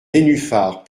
nénuphars